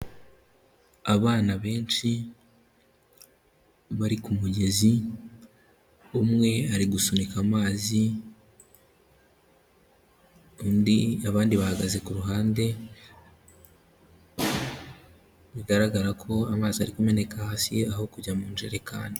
Abana benshi bari ku mugezi, umwe ari gusunika amazi undi, abandi bahagaze ku ruhande, bigaragara ko amazi ari kumeneka hasi aho kujya mu njerekani.